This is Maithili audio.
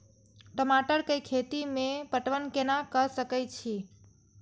टमाटर कै खैती में पटवन कैना क सके छी?